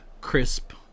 crisp